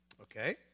Okay